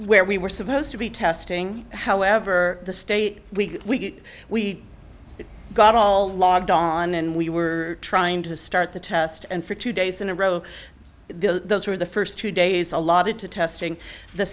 where we were supposed to be testing however the state we we got all logged on and we were trying to start the test and for two days in a row those were the first two days allotted to testing the